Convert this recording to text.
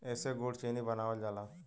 एसे गुड़ चीनी बनावल जाला